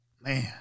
man